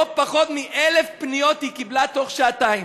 לא פחות מ-1,000 פניות היא קיבלה תוך שעתיים.